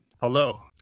hello